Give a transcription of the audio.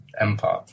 empire